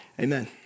amen